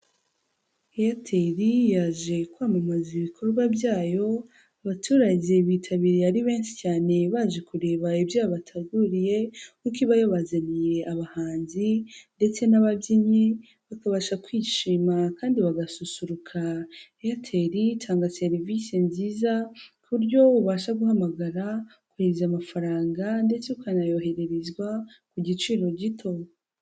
Eyateri yaje kwamamaza ibikorwa byayo, abaturage bitabiriye ari benshi cyane baje kureba ibyo yabateguriye kuko iba yabazaniye abahanzi ndetse n'ababyinnyi, bakabasha kwishima kandi bagasusuruka. Eyateri itanga serivisi nziza, ku buryo ubasha guhamagara, kohereza amafaranga ndetse ukanayohererezwa ku giciro gito.